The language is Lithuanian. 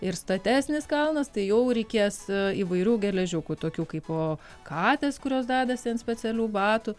ir statesnis kalnas tai jau reikės įvairių geležiukų tokių kaip o katės kurios dedasi ant specialių batų